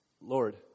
Lord